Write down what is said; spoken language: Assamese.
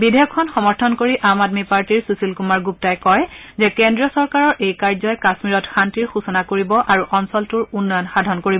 বিধেয়কখন সমৰ্থন কৰি আম আদমি পাৰ্টীৰ সুশীল কুমাৰ গুপ্তাই কয় যে কেন্দ্ৰীয় চৰকাৰৰ এই কাৰ্যই কাশ্মীৰত শান্তিৰ সূচনা কৰিব আৰু অঞ্চলটোৰ উন্নয়ন সাধন হ'ব